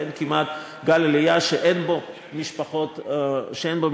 ואין כמעט גל עלייה שאין בו משפחות מעורבות.